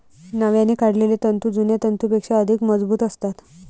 नव्याने काढलेले तंतू जुन्या तंतूंपेक्षा अधिक मजबूत असतात